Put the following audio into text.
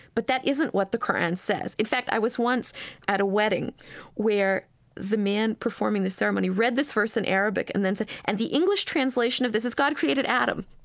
but that isn't what the qur'an says. in fact, i was once at a wedding where the man performing the ceremony read this verse in arabic and then said, and the english translation of this is, god created adam,